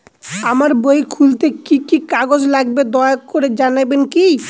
আমার বই খুলতে কি কি কাগজ লাগবে দয়া করে জানাবেন কি?